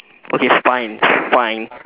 okay fine fine